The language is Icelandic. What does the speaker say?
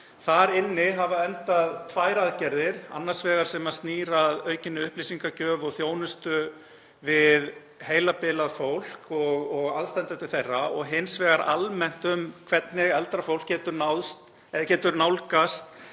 Þar inni hafa endað tvær aðgerðir, annars vegar sem snýr að aukinni upplýsingagjöf og þjónustu við heilabilað fólk og aðstandendur þess og hins vegar almennt um hvernig eldra fólk getur nálgast